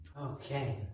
Okay